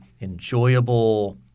enjoyable